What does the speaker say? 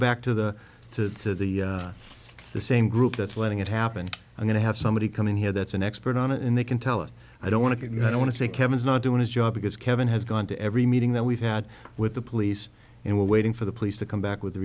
back to the to the same group that's letting it happen i'm going to have somebody come in here that's an expert on it and they can tell us i don't want to get i don't want to say kevin is not doing his job because kevin has gone to every meeting that we've had with the police and we're waiting for the police to come back with